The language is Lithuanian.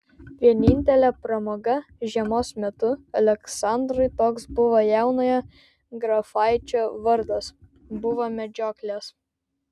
vienintelė pramoga žiemos metu aleksandrui toks buvo jaunojo grafaičio vardas buvo medžioklės